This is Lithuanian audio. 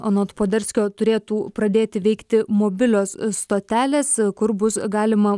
anot poderskio turėtų pradėti veikti mobilios stotelės kur bus galima